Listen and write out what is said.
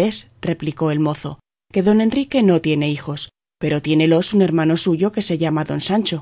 es replicó el mozo que don enrique no tiene hijos pero tiénelos un hermano suyo que se llama don sancho